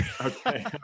Okay